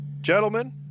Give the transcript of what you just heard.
Gentlemen